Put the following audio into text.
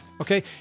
okay